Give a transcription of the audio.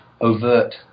overt